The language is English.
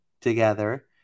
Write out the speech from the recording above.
together